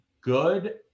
good